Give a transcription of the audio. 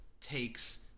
takes